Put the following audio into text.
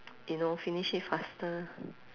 you know finish it faster